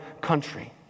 country